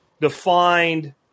defined